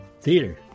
theater